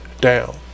down